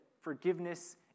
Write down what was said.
forgiveness